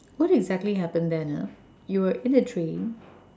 what exactly happened then uh you were in a train